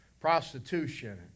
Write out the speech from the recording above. prostitution